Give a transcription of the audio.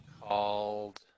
called